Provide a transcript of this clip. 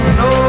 no